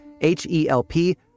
H-E-L-P